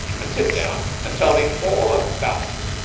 and sit down and tell me all about it.